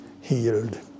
healed